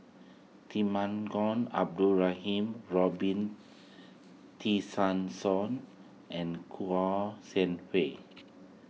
Temenggong Abdul Rahman Robin Tessensohn and Kouo Shang Wei